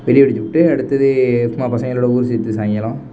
வெடி வெடிச்சிட்டு அடுத்தது சும்மா பசங்களோடு ஊர் சுற்றி சாயங்காலம்